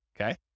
okay